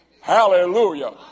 Hallelujah